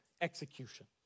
execution